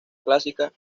clásica